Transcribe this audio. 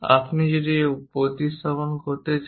আপনি এটি প্রতিস্থাপন করতে চান